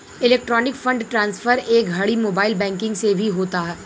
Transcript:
electronic fund transfer ए घड़ी mobile banking से भी होता